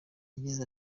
yagize